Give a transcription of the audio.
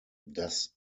das